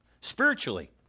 spiritually